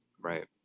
right